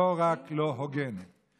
לא רק לא הוגנת.